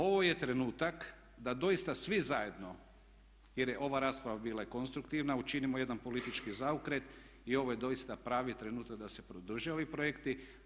Ovo je trenutak da doista svi zajedno, jer je ova rasprava bila i konstruktivna, učinimo jedan politički zaokret i ovo je doista pravi trenutak da se podrže ovi projekti.